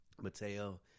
mateo